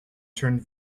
turned